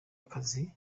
akazi